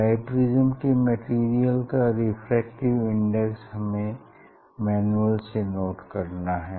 biprism के material का refractive index हमें मैनुअल से नोट करना है